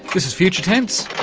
this future tense,